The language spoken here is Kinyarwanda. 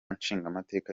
nshingamateka